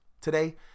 today